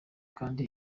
kandi